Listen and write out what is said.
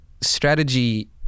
strategy